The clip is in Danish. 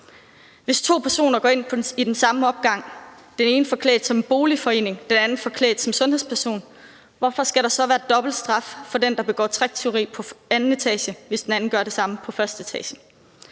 Hvis to personer går ind i den samme opgang, den ene forklædt som repræsentant for en boligforening, den anden forklædt som sundhedsperson, hvorfor skal der så være dobbelt straf for den, der begår tricktyveri på anden etage, hvis den anden gør det samme på første etage?